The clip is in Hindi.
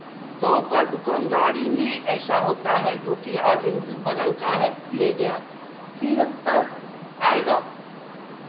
गाँव का दुकानदारी में ऐसा होता है जोकि आज बगल का है ले गया फिर कल आएगा